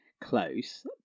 close